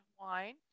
wine